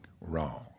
wrong